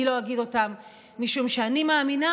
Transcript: אני לא אגיד אותם, משום שאני מאמינה